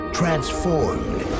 transformed